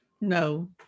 no